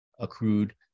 accrued